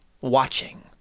watching